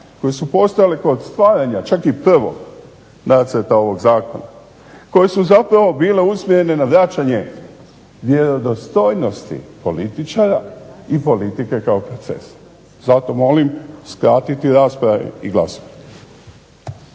koje su postojale kod stvaranja čak i prvog nacrta ovog zakona, koje su zapravo bile usmjerene na vraćanje vjerodostojnosti političara i politike kao procesa. Zato molim skratiti rasprave i glasovati.